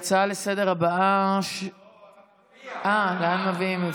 ההצעה לסדר-היום הבאה, לא, לאן מעבירים.